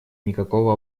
никакого